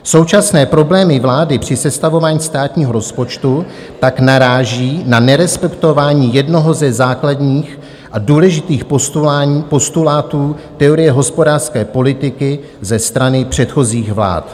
Současné problémy vlády při sestavování státního rozpočtu tak naráží na nerespektování jednoho ze základních a důležitých postulátů teorie hospodářské politiky ze strany předchozích vlád.